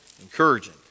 Encouraging